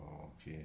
okay